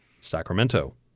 Sacramento